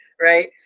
right